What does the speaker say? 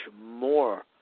more